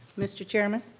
mr. chairman?